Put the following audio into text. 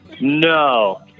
No